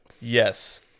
Yes